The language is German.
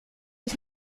ich